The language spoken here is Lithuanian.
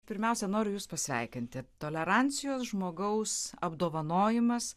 pirmiausia noriu jus pasveikinti tolerancijos žmogaus apdovanojimas